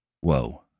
whoa